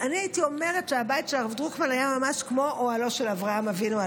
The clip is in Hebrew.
אני הייתי אומרת שהבית של הרב דרוקמן היה ממש כמו אוהלו של אברהם אבינו,